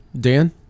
Dan